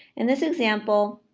in this example,